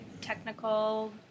technical